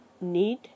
need